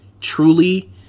truly—